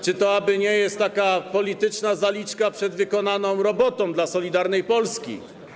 Czy to aby nie jest taka polityczna zaliczka przed wykonaną robotą dla Solidarnej Polski?